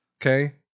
Okay